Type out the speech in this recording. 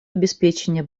обеспечения